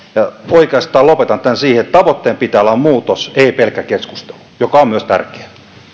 oikeastaan lopetan tämän siihen että tavoitteen pitää olla muutos ei pelkkä keskustelu joka on myös tärkeää